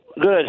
Good